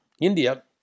India